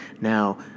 Now